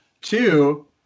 Two